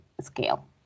scale